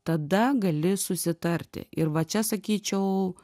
tada gali susitarti ir va čia sakyčiau